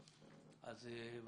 אז בבקשה,